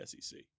SEC